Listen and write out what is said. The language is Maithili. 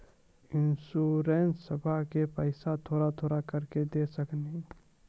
इंश्योरेंसबा के पैसा थोड़ा थोड़ा करके दे सकेनी?